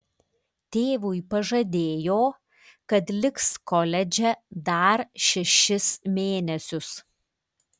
tėvui pažadėjo kad liks koledže dar šešis mėnesius